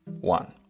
one